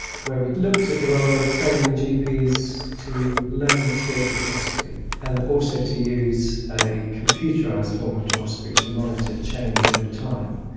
where we'd looked at the role of training gps to learn the skills of dermoscopy and also to use a computerised form of dermoscopy to monitor change over time.